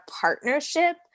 partnership